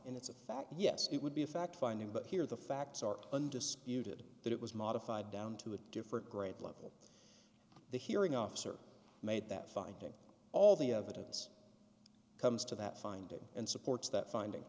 and it's a fact yes it would be a fact finding but here the facts are undisputed that it was modified down to a different grade level the hearing officer made that finding all the evidence comes to that finding and supports that finding